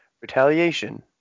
retaliation